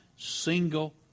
single